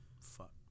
Fuck